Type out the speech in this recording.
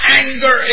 anger